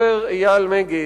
הסופר אייל מגד: